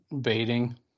baiting